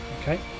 Okay